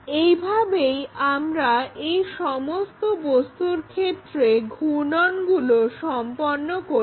এই ভাবেই আমরা এই সমস্ত বস্তুর ক্ষেত্রে ঘূর্ণনগুলো সম্পন্ন করি